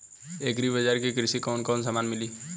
Agri बाजार पर कृषि के कवन कवन समान मिली?